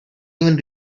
even